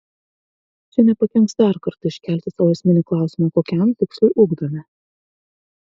čia nepakenks dar kartą iškelti sau esminį klausimą kokiam tikslui ugdome